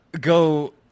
go